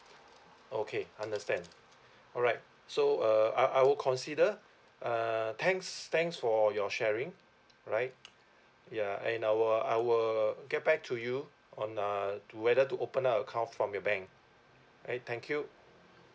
okay understand alright so uh I I will consider uh thanks thanks for your sharing right yeah and I will I will get back to you on uh to whether to open up account from your bank eh thank you